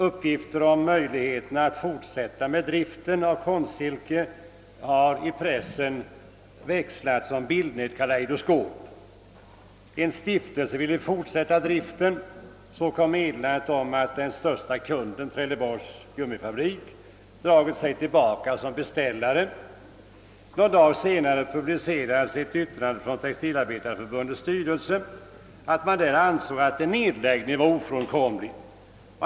Uppgifter om möjligheterna att fortsätta med driften av Konstsilke har i pressen växlat som bilderna i ett kalejdoskop. En stiftelse ville fortsätta driften, men så kom meddelandet om att den största kunden, Trelleborgs gummifabrik, dragit sig tillbaka som beställare. Senare publicerades ett yttrande från Textilarbetarförbundets styrelse att man där ansåg att en nedläggning var ofrånkomlig.